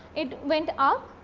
it went up,